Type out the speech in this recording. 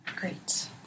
Great